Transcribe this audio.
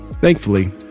Thankfully